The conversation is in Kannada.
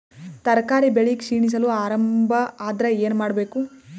ತರಕಾರಿ ಬೆಳಿ ಕ್ಷೀಣಿಸಲು ಆರಂಭ ಆದ್ರ ಏನ ಮಾಡಬೇಕು?